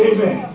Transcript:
Amen